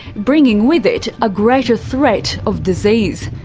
bringing with it a greater threat of disease.